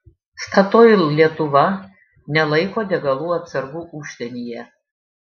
statoil lietuva nelaiko degalų atsargų užsienyje